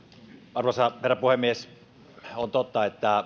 arvoisa herra puhemies on totta että